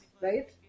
right